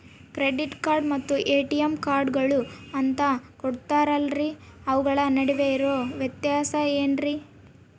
Credit card ಮತ್ತ ATM ಕಾರ್ಡುಗಳು ಅಂತಾ ಕೊಡುತ್ತಾರಲ್ರಿ ಅವುಗಳ ನಡುವೆ ಇರೋ ವ್ಯತ್ಯಾಸ ಏನ್ರಿ?